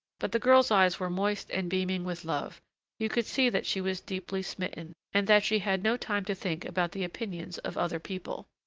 but the girl's eyes were moist and beaming with love you could see that she was deeply smitten, and that she had no time to think about the opinions of other people.